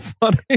funny